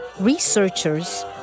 researchers